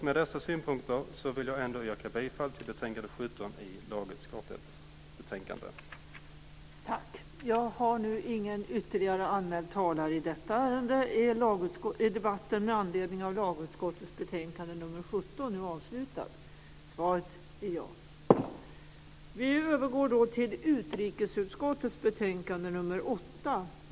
Med dessa synpunkter vill jag yrka bifall till förslaget i lagutskottets betänkande 17.